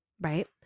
right